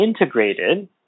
integrated